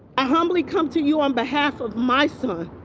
i humbly come to you on behalf of my son,